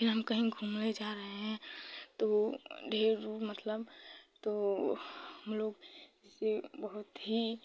फिर हम कहीं घूमने जा रहे हैं तो ढेर मतलब तो हमलोग से बहुत ही